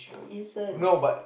listen